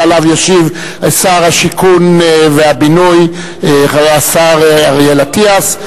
שעליו ישיב שר השיכון והבינוי השר אריאל אטיאס.